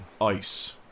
ice